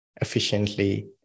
efficiently